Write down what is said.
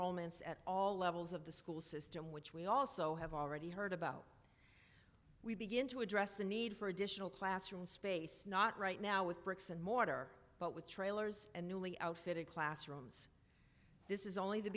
romance at all levels of the school system which we also have already heard about we begin to address the need for additional classroom space not right now with bricks and mortar but with trailers and newly outfitted classrooms this is only the